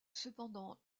cependant